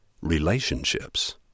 Relationships